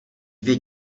dvě